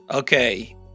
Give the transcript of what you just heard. Okay